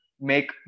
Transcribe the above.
make